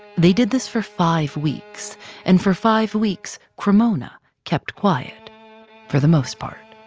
they did this for five weeks and for five weeks, cremona kept quiet for the most part.